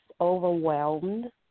overwhelmed